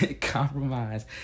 Compromise